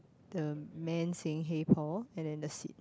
the man saying hey Paul and then the seat